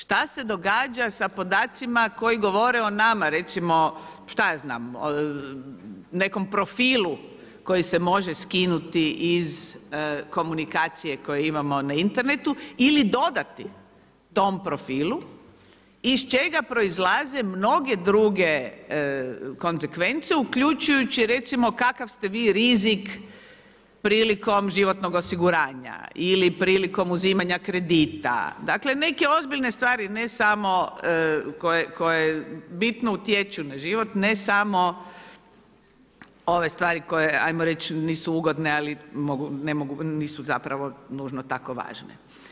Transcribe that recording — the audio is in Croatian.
Šta se događa sa podacima koji govore o nama, recimo šta ja znam o nekom profilu koji se može skinuti iz komunikacije koju imamo na internetu ili dodati tom profilu iz čega proizlaze mnoge druge konzekvence uključujući recimo kakav ste vi rizik prilikom životnog osiguranja ili prilikom uzimanja kredita, dakle neke ozbiljne stvari ne samo koje bitno utječu na život, ne samo ove stvari ajmo reć nisu ugodne ali nisu zapravo nužno tako važne.